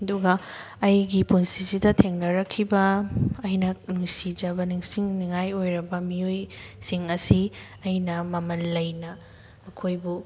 ꯑꯗꯨꯒ ꯑꯩꯒꯤ ꯄꯨꯟꯁꯤꯁꯤꯗ ꯊꯦꯡꯅꯔꯛꯈꯤꯕ ꯑꯩꯅ ꯅꯨꯡꯁꯤꯖꯕ ꯅꯤꯡꯁꯤꯡꯅꯤꯉꯥꯏ ꯑꯣꯏꯔꯕ ꯃꯤꯑꯣꯏꯁꯤꯡ ꯑꯁꯤ ꯑꯩꯅ ꯃꯃꯜ ꯂꯩꯅ ꯃꯈꯣꯏꯕꯨ